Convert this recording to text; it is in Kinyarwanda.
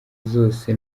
zose